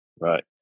right